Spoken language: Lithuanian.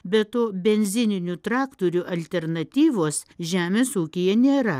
be to benzininių traktorių alternatyvos žemės ūkyje nėra